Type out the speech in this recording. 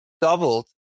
doubled